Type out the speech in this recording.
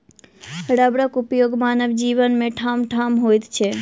रबरक उपयोग मानव जीवन मे ठामठाम होइत छै